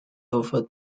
offered